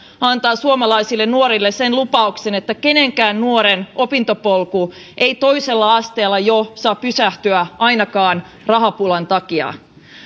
antaa suomalaisille nuorille se lupaus että kenenkään nuoren opintopolku ei jo toisella asteella saa pysähtyä ainakaan rahapulan takia